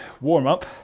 warm-up